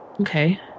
okay